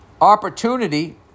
opportunity